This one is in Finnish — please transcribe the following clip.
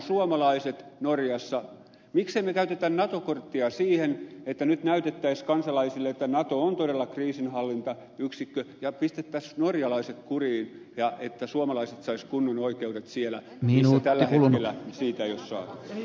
miksi me emme käytä nato korttia siihen että nyt näytettäisiin kansalaisille että nato on todella kriisinhallintayksikkö ja pistettäisiin norjalaiset kuriin että suomalaiset saisivat kunnon oikeudet siellä missä tällä hetkellä niitä ei ole saatu